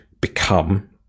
become